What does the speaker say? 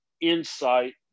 insight